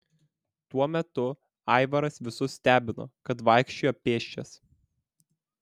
tuo metu aivaras visus stebino kad vaikščiojo pėsčias